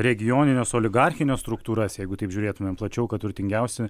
regionines oligarchines struktūras jeigu taip žiūrėtumėm plačiau kad turtingiausi